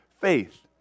faith